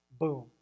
Boom